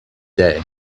day